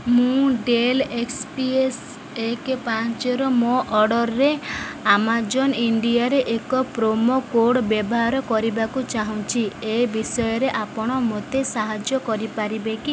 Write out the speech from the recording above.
ମୁଁ Dell X P S ଏକ ପାଞ୍ଚର ମୋ ଅର୍ଡ଼ର୍ରେ ଆମାଜନ୍ ଇଣ୍ଡିଆରେ ଏକ ପ୍ରୋମୋ କୋଡ଼୍ ବ୍ୟବହାର କରିବାକୁ ଚାହୁଁଛି ଏ ବିଷୟରେ ଆପଣ ମୋତେ ସାହାଯ୍ୟ କରିପାରିବେ କି